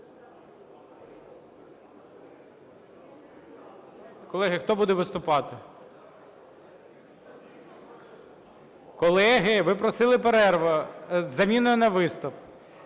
Колеги, хто буде виступати? Колеги, ви просили перерву з заміною на виступ?